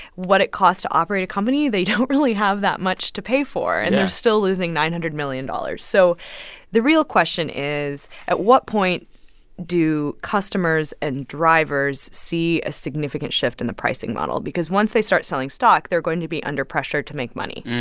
what it costs to operate a company, they don't really have that much to pay for yeah and they're still losing nine hundred million dollars. so the real question is, at what point do customers and drivers see a significant shift in the pricing model? because once they start selling stock, they're going to be under pressure to make money.